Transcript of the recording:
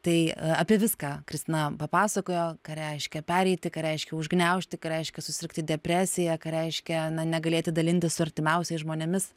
tai apie viską kristina papasakojo ką reiškia pereiti ką reiškia užgniaužti ką reiškia susirgti depresija ką reiškia na negalėti dalintis su artimiausiais žmonėmis